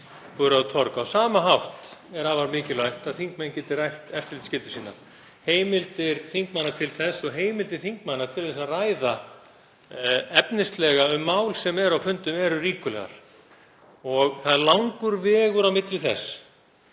borið á torg. Á sama hátt er afar mikilvægt að þingmenn geti rækt eftirlitsskyldur sínar. Heimildir þingmanna til þess og til að ræða efnislega um mál sem eru rædd á fundum eru ríkulegar og það er langur vegur á milli þess